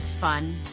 fun